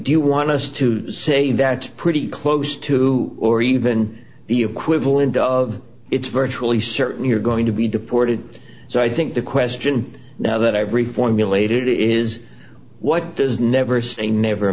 you want us to say that's pretty close to or even the equivalent of it's virtually certain you're going to be deported so i think the question now that every formulated it is what does never say never